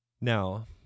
Now